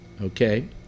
Okay